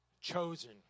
Chosen